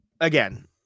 again